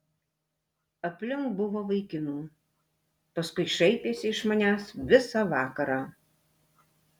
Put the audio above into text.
aplink buvo vaikinų paskui šaipėsi iš manęs visą vakarą